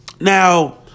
Now